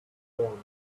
warming